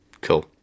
Cool